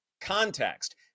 context